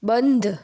બંધ